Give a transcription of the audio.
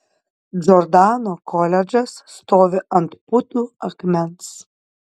džordano koledžas stovi ant putų akmens